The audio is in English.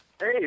Hey